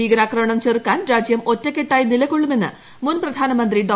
ഭീകരാക്രമണം ചെറുക്കാൻ രാജ്യം ഒറ്റക്കെട്ടായി നിലകൊള്ളുമെന്ന് മുൻ പ്രധാനമന്ത്രി ഡോ